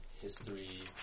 history